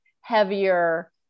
heavier